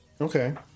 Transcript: Okay